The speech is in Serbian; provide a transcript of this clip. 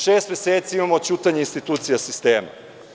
Šest meseci imamo ćutanja institucija sistema.